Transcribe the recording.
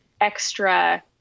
extra